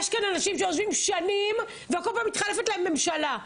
יש כאן אנשים שיושבים שנים וכל פעם מתחלפת להם ממשלה.